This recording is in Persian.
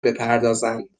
بپردازند